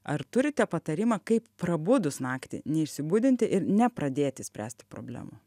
ar turite patarimą kaip prabudus naktį ne išsibudinti ir nepradėti spręsti problemų